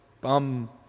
bum